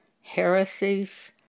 heresies